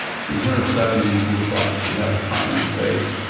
she was in her seventy s, looked like she had a kind face.